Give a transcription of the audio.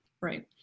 Right